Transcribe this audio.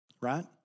right